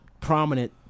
prominent